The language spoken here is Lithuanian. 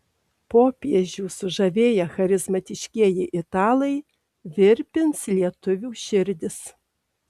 popiežių sužavėję charizmatiškieji italai virpins lietuvių širdis